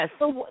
Yes